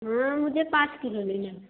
हाँ मुझे पाँच किलो लेना है